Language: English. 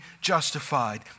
justified